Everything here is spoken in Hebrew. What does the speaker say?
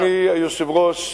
אדוני היושב-ראש,